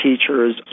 teachers